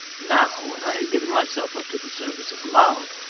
now, when i had given myself up to the service of love,